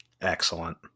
Excellent